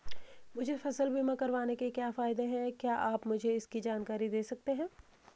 मुझे फसल बीमा करवाने के क्या फायदे हैं क्या आप मुझे इसकी जानकारी दें सकते हैं?